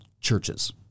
churches